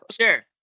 Sure